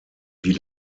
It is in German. die